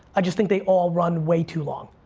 i just think they all run way too long,